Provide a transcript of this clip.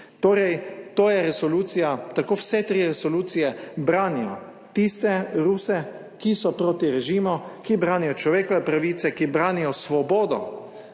Torej, to je resolucija, tako vse 3 resolucije branijo tiste Ruse, ki so proti režimu, ki branijo človekove pravice, ki branijo svobodo